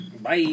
Bye